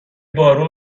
بارون